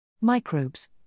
Microbes